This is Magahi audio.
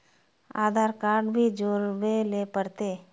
आधार कार्ड भी जोरबे ले पड़ते?